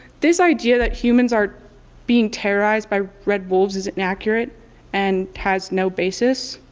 this idea that humans are being terrorized by red wolves is inaccurate and has no basis